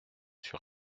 sur